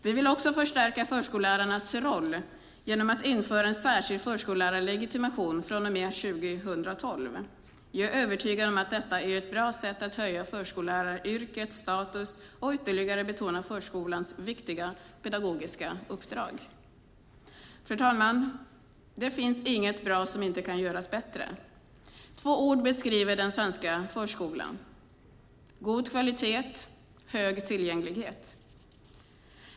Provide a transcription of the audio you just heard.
Vi vill också förstärka förskollärarnas roll genom att införa en särskild förskollärarlegitimation från och med 2012. Jag är övertygad om att detta är ett bra sätt att höja förskolläraryrkets status och ytterligare betona förskolans viktiga pedagogiska uppdrag. Fru talman! Det finns inget bra som inte kan göras bättre. Två ord beskriver den svenska förskolan: God kvalitet. Hög tillgänglighet.